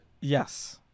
Yes